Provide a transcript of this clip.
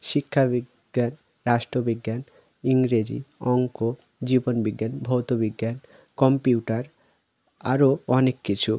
শিক্ষাবিজ্ঞান রাষ্ট্রবিজ্ঞান ইংরেজি অঙ্ক জীবনবিজ্ঞান ভৌতবিজ্ঞান কম্পিউটার আরো অনেক কিছু